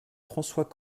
françois